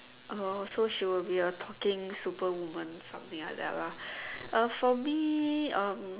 oh so she will be a talking super women something like that lah uh for me um